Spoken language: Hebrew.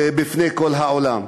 בפני כל העולם.